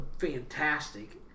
fantastic